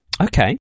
Okay